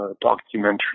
documentary